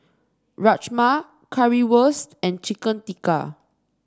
Rajma Currywurst and Chicken Tikka